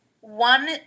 one